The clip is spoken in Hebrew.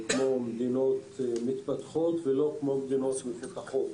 לא במדינות מתפתחות ולא במדינות מפותחות.